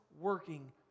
working